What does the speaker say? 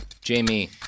Jamie